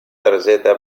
targeta